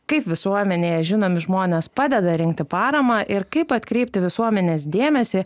kaip visuomenėje žinomi žmonės padeda rinkti paramą ir kaip atkreipti visuomenės dėmesį